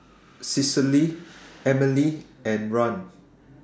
Cecile Emely and Rahn